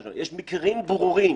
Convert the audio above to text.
יש מקרים ברורים: